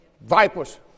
vipers